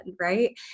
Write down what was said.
right